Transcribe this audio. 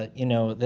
ah you know,